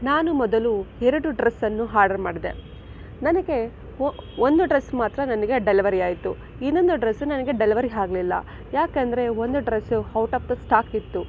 ನಾನು ಮೊದಲು ಎರಡು ಡ್ರೆಸ್ಸನ್ನು ಹರ್ಡರ್ ಮಾಡಿದೆ ನನಗೆ ಒಂದು ಡ್ರೆಸ್ ಮಾತ್ರ ನನಗೆ ಡೆಲಿವರಿ ಆಯಿತು ಇನ್ನೊಂದು ಡ್ರೆಸ್ ನನಗೆ ಡೆಲಿವರಿ ಆಗಲಿಲ್ಲ ಏಕೆಂದ್ರೆ ಒಂದು dress out of the stock ಇತ್ತು